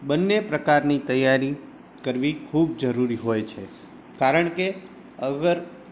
બંને પ્રકારની તૈયારી કરવી ખૂબ જરૂરી હોય છે કારણ કે અગર